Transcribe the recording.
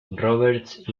roberts